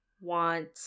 want